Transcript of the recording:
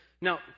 Now